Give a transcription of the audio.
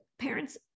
parents